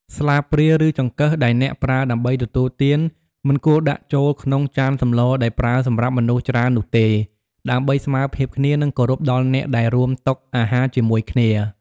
ស្លាបព្រា ឬចង្កឹះដែលអ្នកប្រើដើម្បីទទួលទាន មិនគួរដាក់ចូលក្នុងចានសម្លដែលប្រើសម្រាប់មនុស្សច្រើននោះទេ ដើម្បីស្មើភាពគ្នានិងគោរពដល់អ្នកដែលរួមតុអាហារជាមួយគ្នា។